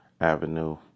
Avenue